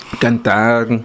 cantar